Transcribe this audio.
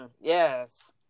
yes